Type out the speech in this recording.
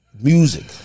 music